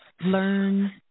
learn